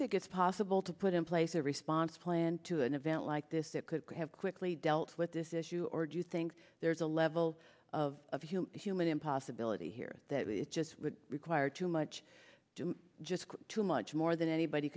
think it's possible to put in place a response plan to an event like this that could have quickly dealt with this issue or do you think there's a level of human in possibility here that it just would require too much just too much more than anybody